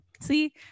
see